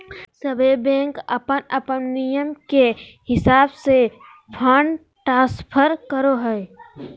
सभे बैंक अपन अपन नियम के हिसाब से फंड ट्रांस्फर करो हय